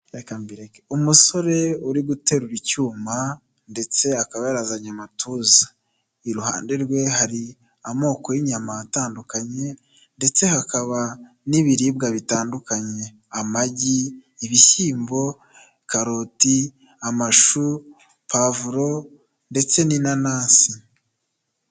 Umusore uri guterura icyuma ndetse akaba yarazanye amatuza, iruhande rwe hari amoko y'inyama atandukanye ndetse hakaba n'ibiribwa bitandukanye: amagi, ibishyimbo, karoti amashu, puwavuro ndetse n'inanasi.